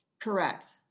Correct